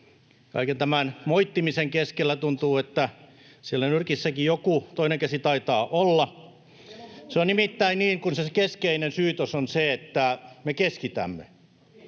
kaiken tämän moittimisen keskellä tuntuu, että siellä nyrkissäkin joku, toinen käsi taitaa olla. [Antti Kurvinen: Meillä on kuusi ehdotusta!] Se keskeinen syytös on se, että me keskitämme.